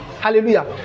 Hallelujah